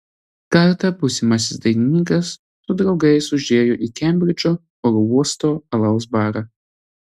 kartą būsimasis dainininkas su draugais užėjo į kembridžo oro uosto alaus barą